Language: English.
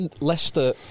Leicester